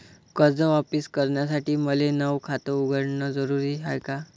कर्ज वापिस करासाठी मले नव खात उघडन जरुरी हाय का?